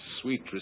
sweet